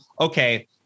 okay